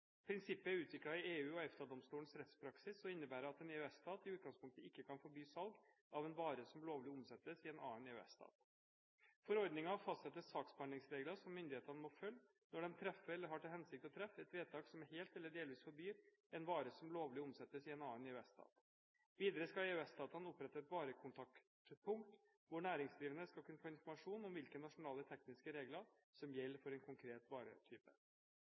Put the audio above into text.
Prinsippet er utviklet i EU- og EFTA-domstolens rettspraksis, og innebærer at en EØS-stat i utgangspunktet ikke kan forby salg av en vare som lovlig omsettes i en annen EØS-stat. Forordningen fastsetter saksbehandlingsregler som myndighetene må følge når de treffer eller har til hensikt å treffe et vedtak som helt eller delvis forbyr en vare som lovlig omsettes i en annen EØS-stat. Videre skal EØS-statene opprette et varekontaktpunkt hvor næringsdrivende skal kunne få informasjon om hvilke nasjonale tekniske regler som gjelder for en konkret varetype.